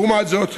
לעומת זאת,